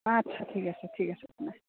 আচ্ছা ঠিক আছে ঠিক আছে তেনে